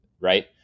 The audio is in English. right